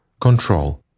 Control